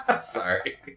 Sorry